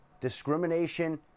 discrimination